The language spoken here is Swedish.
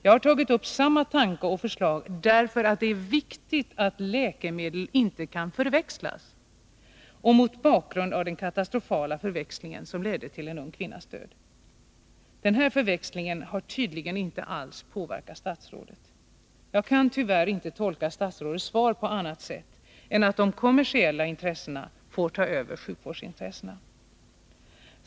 Jag har tagit upp samma tanke och förslag därför att det är viktigt att läkemedel inte kan förväxlas och mot bakgrund av den katastrofala förväxling som ledde till en ung kvinnas död. Denna förväxling har tydligen inte alls påverkat statsrådet. Jag kan tyvärr inte tolka statsrådets svar på annat sätt än så, att de kommersiella intressena får ta över sjukvårdsintressena.